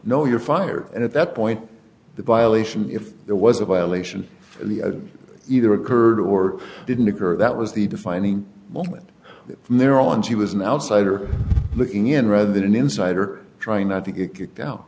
no you're fired and at that point the violation if it was a violation either occurred or didn't occur that was the defining moment from there on she was an outsider looking in rather than an insider trying not to get kicked out